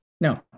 no